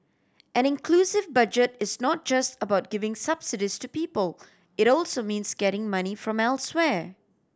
an inclusive Budget is not just about giving subsidies to people it also means getting money from elsewhere